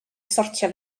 sortio